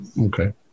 Okay